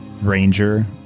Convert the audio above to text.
Ranger